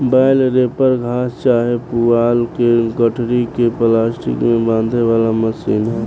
बेल wrapper घास चाहे पुआल के गठरी के प्लास्टिक में बांधे वाला मशीन ह